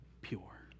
pure